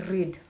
Read